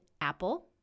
apple